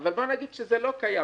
אבל בואו נגיד שזה לא קיים.